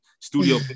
studio